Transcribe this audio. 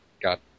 got